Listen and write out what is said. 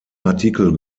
artikel